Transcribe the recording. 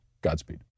Godspeed